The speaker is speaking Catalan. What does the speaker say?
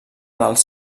dels